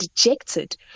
dejected